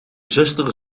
zuster